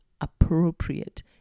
appropriate